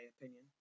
opinion